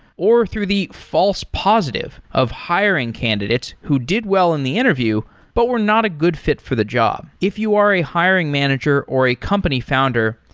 or through the false positive of hiring candidates who did well on the interview, but were not a good fit for the job. if you are a hiring manager or a company founder,